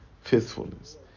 Faithfulness